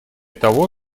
того